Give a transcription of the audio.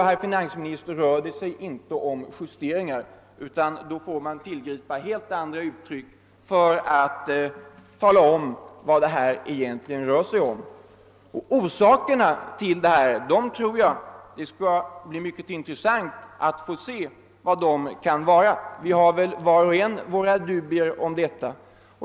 Herr finansminister, det rör sig inte om justeringar, utan man måste använda helt andra uttryck för att beteckna vad det egentligen gäller. Det skulle vara mycket intressant att få veta orsakerna härtill, men var och en har väl sina dubier.